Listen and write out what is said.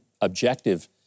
objective